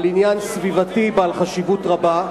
על עניין סביבתי בעל חשיבות רבה.